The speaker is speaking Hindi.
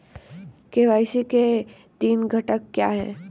के.वाई.सी के तीन घटक क्या हैं?